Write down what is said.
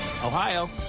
Ohio